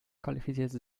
qualifizierte